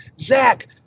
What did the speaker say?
Zach